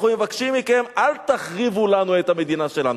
אנחנו מבקשים מכם, אל תחריבו לנו את המדינה שלנו.